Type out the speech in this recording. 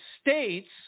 States